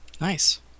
Nice